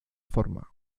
forma